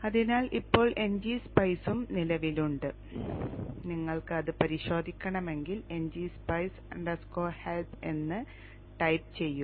അതിനാൽ ഇപ്പോൾ ngSpice ഉം നിലവിലുണ്ട് നിങ്ങൾക്ക് അത് പരിശോധിക്കണമെങ്കിൽ ngSpice help എന്ന് ടൈപ്പ് ചെയ്യുക